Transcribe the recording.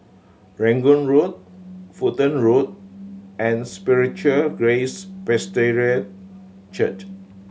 Rangoon Road Fulton Road and Spiritual Grace Presbyterian Church